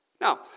Now